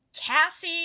Cassie